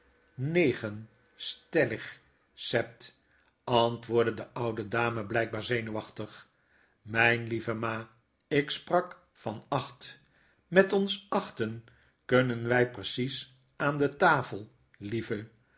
negen stellig sept antwoordde de oude dame blykbaar zenuwachtig myn lieve ma ik sprak van acht met ons achten kunnen wy precies aan de tafel lieve